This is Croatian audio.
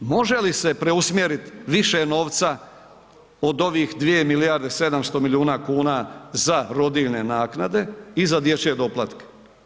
Može li se preusmjerit više novca od ovih 2 milijarde i 700 milijuna kuna za rodiljne naknade i za dječje doplatke?